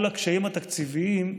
כל הקשיים התקציביים,